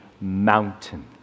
mountain